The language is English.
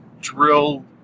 Drill